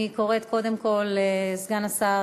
אני קוראת קודם כול לסגן השר